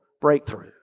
breakthrough